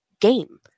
game